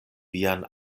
vian